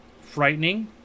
frightening